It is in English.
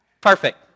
Perfect